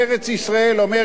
יש לנו צאן ובקר,